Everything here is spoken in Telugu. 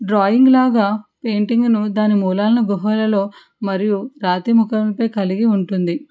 డ్రాయింగ్ లాగా పెయింటింగ్ను దాని మూలాలను గుహలలో మరియు రాతి ముఖంపై కలిగి ఉంటుంది